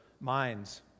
minds